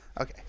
Okay